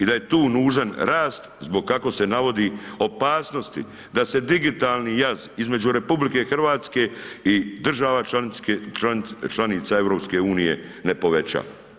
I da je tu nužan rast zbog, kako se navodi, opasnosti da se digitalni jaz između RH i država članica EU ne poveća.